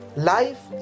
Life